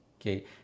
Okay